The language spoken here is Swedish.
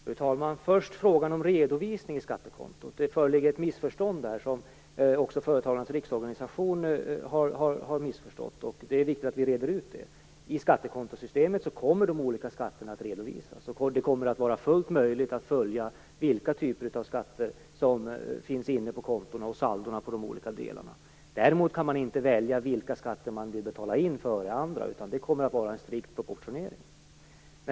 Fru talman! Jag vill först ta upp frågan om redovisning när det gäller skattekonto. Där föreligger ett missförstånd. Även Företagarnas Riksorganisation har missförstått förslaget. Det är viktigt att vi reder ut det. De olika skatterna kommer att redovisas i skattekontosystemet. Det kommer att vara fullt möjligt att följa vilka skatter som finns inne på kontona och saldon i olika delar. Däremot kan man inte välja vilka skatter man vill betala in före andra. Det kommer att ske en strikt proportionering.